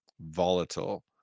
volatile